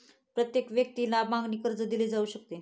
प्रत्येक व्यक्तीला मागणी कर्ज दिले जाऊ शकते